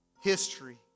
history